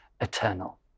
eternal